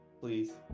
please